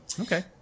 Okay